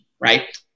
right